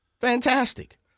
fantastic